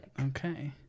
Okay